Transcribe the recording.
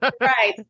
Right